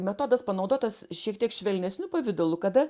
metodas panaudotas šiek tiek švelnesniu pavidalu kada